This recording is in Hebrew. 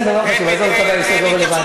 אין התייחסות לפלסטינים,